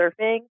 surfing